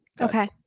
Okay